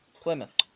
Plymouth